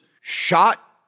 shot